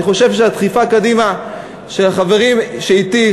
אני חושב שהדחיפה קדימה של החברים שאתי,